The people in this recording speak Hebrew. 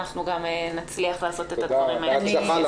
אנחנו גם נצליח לעשות את הדברים האלה.